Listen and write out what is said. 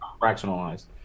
fractionalized